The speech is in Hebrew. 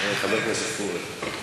חבר כנסת פורר?